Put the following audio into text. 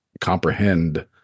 comprehend